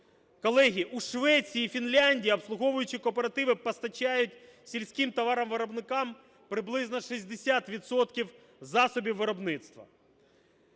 Колеги, у Швеції і Фінляндії обслуговуючі кооперативи постачають сільським товаровиробникам приблизно 60 відсотків засобів виробництва.